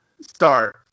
start